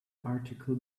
article